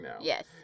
Yes